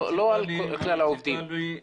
לא על כלל העובדים.